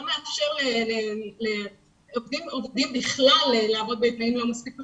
מאפשר לעובדים בכלל לעבוד בתנאים לא מספיק מכבדים,